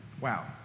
Wow